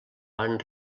van